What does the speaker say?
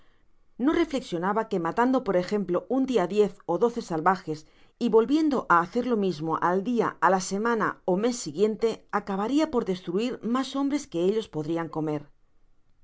no refle i xionaba que matando por ejemplo un dia diez ó doce salvajes y volviendo á hacer lo mismo al dia á la semana ó mes siguiente acabaña por destruir mas hombres queellos podrian comer